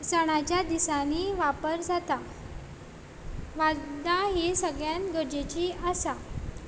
सणांच्या दिसांनी वापर जाता वादां हीं सगळ्यांत गरजेचीं आसा